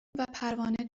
پروانه